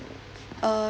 uh